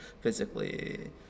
physically